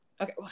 Okay